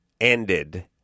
ended